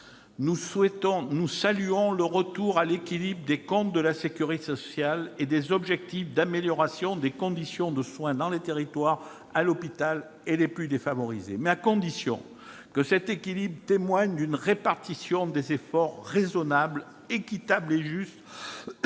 Nous saluons le retour à l'équilibre des comptes de la sécurité sociale et les objectifs d'amélioration des conditions de soins dans les territoires, à l'hôpital et pour les plus défavorisés, mais à condition que cet équilibre témoigne d'une répartition des efforts raisonnable, équitable et juste.